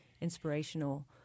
inspirational